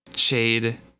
Shade